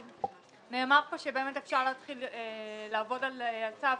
נאמר פה שבאמת אפשר להתחיל לעבוד על הצו,